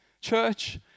Church